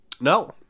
No